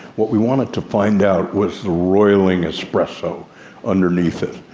what we wanted to find out was the roiling espresso underneath it.